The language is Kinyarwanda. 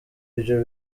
ivyo